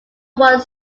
one